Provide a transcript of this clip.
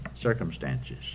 circumstances